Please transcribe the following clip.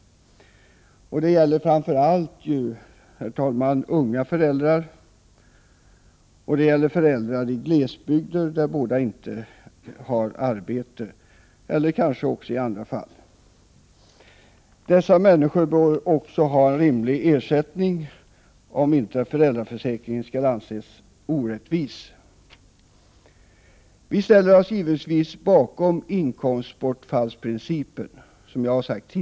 Det gäller framför allt unga föräldrar, och det gäller föräldrar i glesbygden där inte båda har arbete — kanske också i andra fall. Också dessa människor bör ha en rimlig ersättning, om inte föräldraförsäkringen skall anses vara orättvis. Vi motionärer ställer oss, som jag har sagt tidigare, givetvis bakom inkomstbortfallsprincipen.